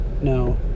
no